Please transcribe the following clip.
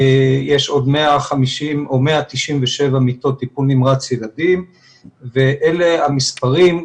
יש עוד 150 או 197 מיטות טיפול נמרץ ילדים ואלה המספרים,